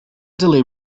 delay